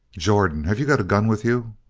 jordan, have you got a gun with you?